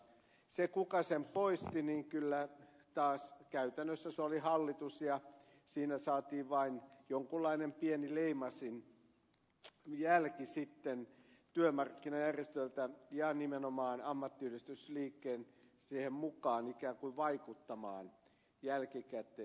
se kuka sen poisti oli kyllä taas käytännössä hallitus ja siinä saatiin vain jonkunlainen pieni leimasinjälki sitten työmarkkinajärjestöiltä ja nimenomaan ammattiyhdistysliike siihen mukaan ikään kuin vaikuttamaan jälkikäteen